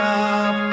up